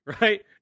right